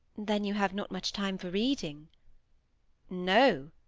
then you have not much time for reading no,